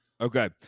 Okay